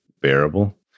bearable